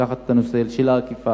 לקחת את הנושא של האכיפה,